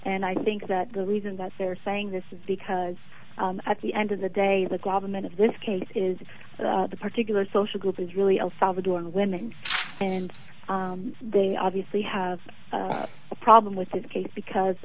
and i think that the reason that they're saying this is because at the end of the day the government of this case is the particular social group is really l salvadoran women and they obviously have a problem with this case because